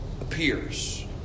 appears